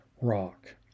Rock